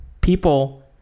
people